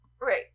Right